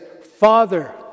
Father